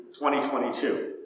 2022